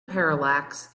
parallax